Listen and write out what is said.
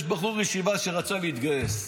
יש בחור ישיבה שרצה להתגייס,